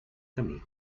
camí